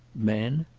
men?